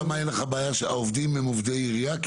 ושם העובדים הם עובדי עירייה?